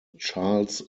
charles